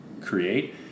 create